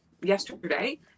yesterday